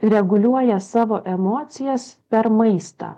reguliuoja savo emocijas per maistą